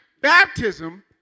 baptism